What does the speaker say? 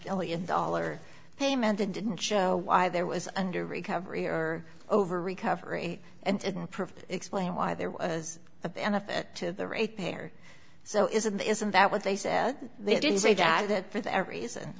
million dollars payment and didn't show why there was under recovery or over recovery and explain why there was a benefit to the rate payers so isn't isn't that what they said they didn't say that that for that reason